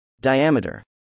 diameter